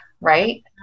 right